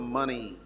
money